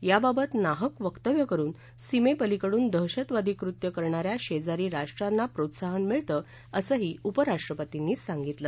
याबाबत नाहक वक्तव्य करुन सीमेपलीकडून दहशतवादी कृत्य करणा या शेजारी राष्ट्रांनी प्रोत्साहन मिळतं असंही उपराष्ट्रपर्तींनी सांगितलं